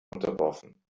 unterworfen